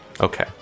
Okay